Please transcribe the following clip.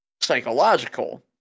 psychological